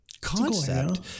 concept